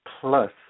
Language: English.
plus